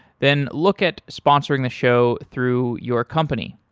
then look at sponsoring the show through your company.